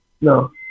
No